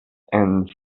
and